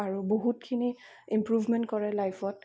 আৰু বহুতখিনি ইম্প্ৰোভমেণ্ট কৰে লাইফত